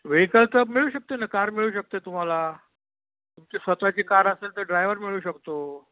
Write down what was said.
vehicle तर मिळू शकते ना कार मिळू शकते तुम्हाला तुमची स्वतःची कार असेल तर ड्रायवरही मिळू शकतो